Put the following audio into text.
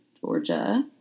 Georgia